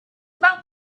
about